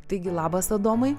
taigi labas adomai